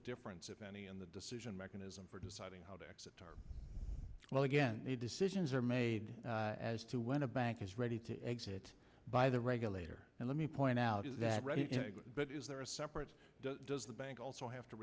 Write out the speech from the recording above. difference if any in the decision mechanism for deciding how to accept our well again the decisions are made as to when a bank is ready to exit by the regulator and let me point out that there are separate does the bank also have to